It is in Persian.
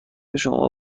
شما